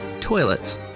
Toilets